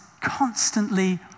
constantly